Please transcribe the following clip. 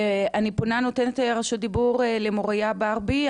אני נותנת רשות דיבור למוריה ברבי,